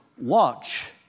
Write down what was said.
Watch